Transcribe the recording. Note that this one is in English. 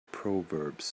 proverbs